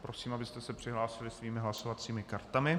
Prosím, abyste se přihlásili svými hlasovacími kartami.